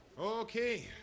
Okay